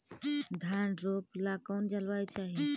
धान रोप ला कौन जलवायु चाही?